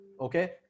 Okay